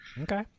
Okay